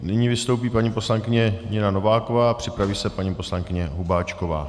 Nyní vystoupí paní poslankyně Nina Nováková a připraví se paní poslankyně Hubáčková.